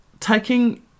taking